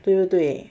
对不对